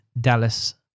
Dallas